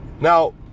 Now